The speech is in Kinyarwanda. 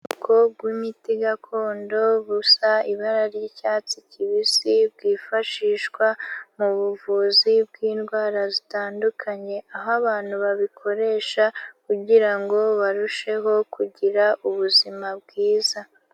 Ubwoko bw'imiti gakondo, busa ibara ry'icyatsi kibisi, bwifashishwa mu buvuzi bw'indwara zitandukanye, aho abantu babikoresha kugirango barusheho kugira ubuzima bwiza.